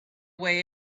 way